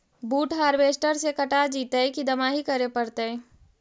बुट हारबेसटर से कटा जितै कि दमाहि करे पडतै?